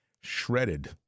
shredded